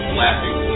laughing